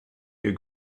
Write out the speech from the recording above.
ihr